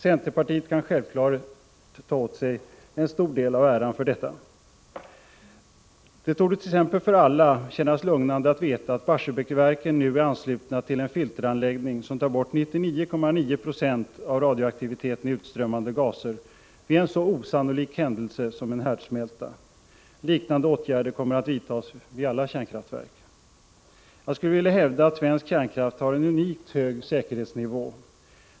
Centerpartiet kan självfallet ta åt sig en stor del av äran för detta. Det torde t. ex för alla kännas lugnande att veta att Barsebäcksverken nu är anslutna till en filteranläggning, som tar bort 99,9 96 av radioaktiviteten i utströmmande gaser vid en så osannolik händelse som en härdsmälta. Liknande åtgärder kommer att vidtas vid alla kärnkraftverk. Jag skulle vilja hävda att svensk kärnkraft har en unikt hög säkerhetsnivå.